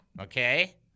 okay